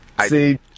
See